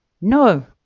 No